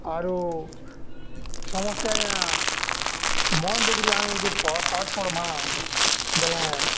ଆରୁ ସମସ୍ତେ ଆଜ୍ଞା ମନ୍ ଦେଇକିରି ଆମେ ଯଦି ପାଠ୍ ପଢ଼୍ମା ବେଲେ